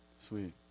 Sweet